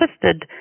twisted